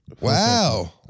Wow